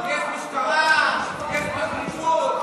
יש משטרה, יש פרקליטות.